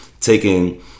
taking